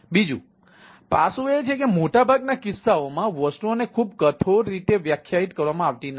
બીજું પાસું એ છે કે મોટા ભાગના કિસ્સાઓમાં વસ્તુઓને ખૂબ કઠોર રીતે વ્યાખ્યાયિત કરવામાં આવતી નથી